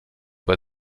bei